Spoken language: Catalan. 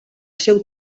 seu